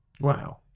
Wow